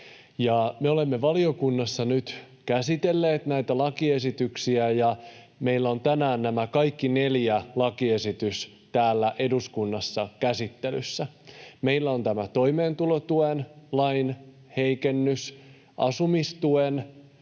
olemme valiokunnassa nyt käsitelleet näitä lakiesityksiä, ja meillä on tänään nämä kaikki neljä lakiesitystä täällä eduskunnassa käsittelyssä: meillä on tämä toimeentulotuen lain heikennys, asumistuen